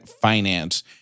finance